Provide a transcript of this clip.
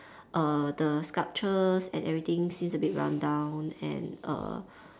err the sculptures and everything seems a bit run down and err